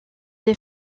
des